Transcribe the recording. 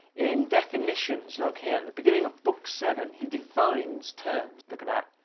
in definitions look here at the beginning of book seven, he defines terms. look at that.